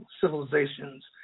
civilizations